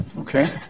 Okay